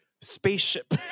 spaceship